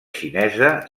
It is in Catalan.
xinesa